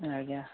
ଆଜ୍ଞା